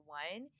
one